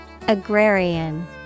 Agrarian